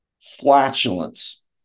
flatulence